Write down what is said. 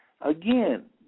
Again